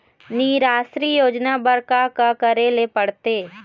निराश्री योजना बर का का करे ले पड़ते?